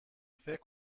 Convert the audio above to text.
فکر